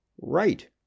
Right